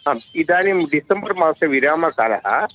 आम् इदानीं डिसेंबर् मासे विरामकालः